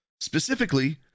specifically